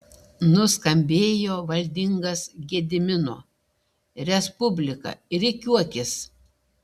nuskambėjo valdingas gedimino respublika rikiuokis